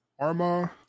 Arma